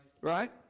Right